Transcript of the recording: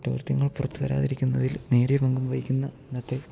കുറ്റകൃത്യങ്ങൾ പുറത്ത് വരാതിരിക്കുന്നതിൽ നേരെ പങ്കും വഹിക്കുന്ന ഇന്നത്തെ